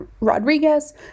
rodriguez